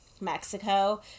Mexico